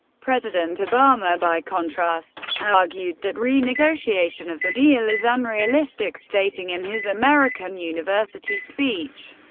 president obama, by contrast, argued that renegotiation of the deal is ah unrealistic, stating in his american university speech,